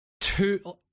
two